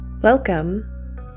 Welcome